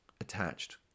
attached